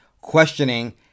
questioning